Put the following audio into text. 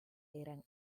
eran